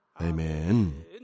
Amen